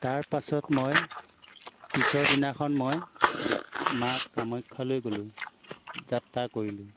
তাৰপাছত মই পিছৰ দিনাখন মই মা কামাখ্যালৈ গ'লোঁ যাত্ৰা কৰিলোঁ